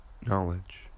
knowledge